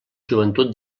joventut